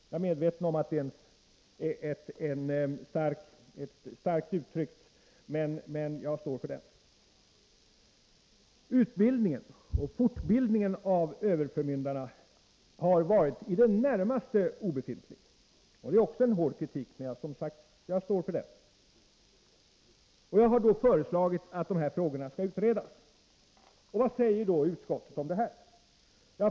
Jag är medveten om att det är ett starkt uttryck, men jag står för det. Utbildningen och fortbildningen av överförmyndarna har varit i det närmaste obefintlig. Det är också en hård kritik men, som sagt, jag står för den. Jag har då föreslagit att dessa frågor skall utredas. Vad säger utskottet om detta?